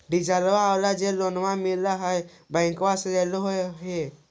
डिजलवा वाला जे लोनवा मिल है नै बैंकवा से लेलहो हे?